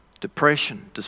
depression